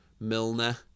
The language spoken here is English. Milner